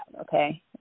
okay